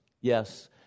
Yes